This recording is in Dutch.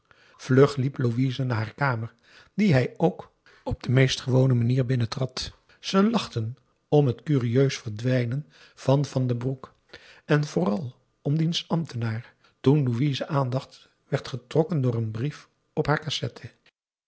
vlug liep louise naar haar kamer die hij ook op de meest gewone manier binnentrad ze lachten om het curieus verdwijnen van van den broek en vooral om diens ambtenaar toen louise's aandacht werd getrokken door een brief op haar cassette